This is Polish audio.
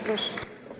Proszę.